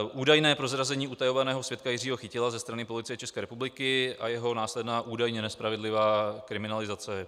Údajné prozrazení utajovaného svědka Jiřího Chytila ze strany Policie České republiky a jeho následná údajně nespravedlivá kriminalizace.